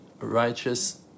righteous